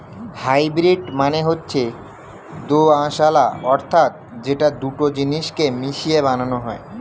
hybrid মানে হচ্ছে দোআঁশলা অর্থাৎ যেটা দুটো জিনিস কে মিশিয়ে বানানো হয়